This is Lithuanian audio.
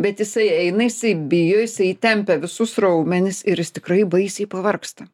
bet jisai eina jisai bijo jisai įtempia visus raumenis ir jis tikrai baisiai pavargsta